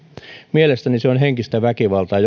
mielestäni se on henkistä väkivaltaa